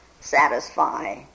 satisfy